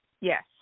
Yes